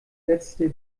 letzte